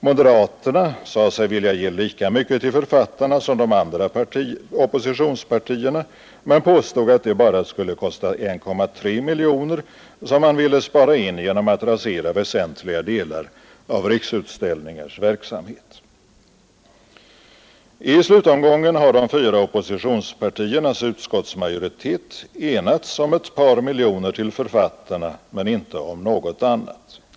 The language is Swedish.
Moderaterna sade sig vilja ge lika mycket till författarna som de andra oppositionspartierna men påstod att det bara skulle kosta 1,3 miljoner kronor som man ville spara in genom att rasera väsentliga delar av Riksutställningars verksamhet. I slutomgången har de fyra oppositionspartiernas utskottsmajoritet enats om ett par miljoner till författarna men inte om något annat.